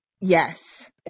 Yes